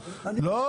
אני לא מייצג --- לא,